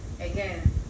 again